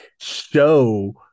show